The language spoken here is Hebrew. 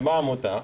בעמותה,